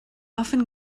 often